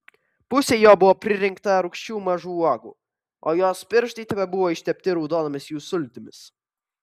pusė jo buvo pririnkta rūgščių mažų uogų o jos pirštai tebebuvo ištepti raudonomis jų sultimis